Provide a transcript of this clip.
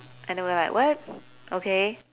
and we were like what okay